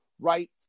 right